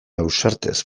ausartez